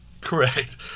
correct